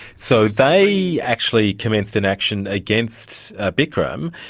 so they actually commenced an action against bikram,